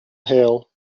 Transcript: hail